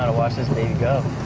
ah watch this baby go.